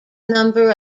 number